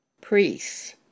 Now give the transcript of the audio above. priests